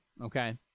okay